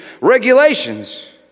regulations